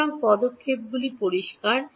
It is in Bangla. সুতরাং পদক্ষেপগুলি পরিষ্কার